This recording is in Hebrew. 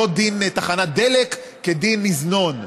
לא דין תחנת דלק כדין מזנון.